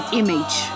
image